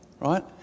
right